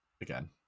again